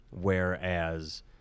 Whereas